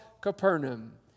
Capernaum